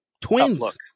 Twins